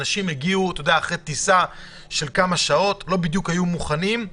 אנשים הגיעו אחרי טיסה של כמה שעות ולא בדיוק היו מוכנים,